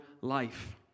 life